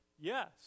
yes